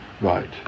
Right